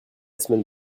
semaine